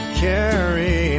carry